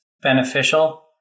beneficial